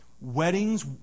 weddings